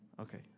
Okay